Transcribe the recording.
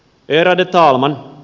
ärade talman